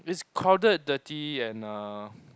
it's crowded dirty and uh